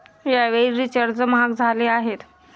यावेळी रिचार्ज महाग झाले आहेत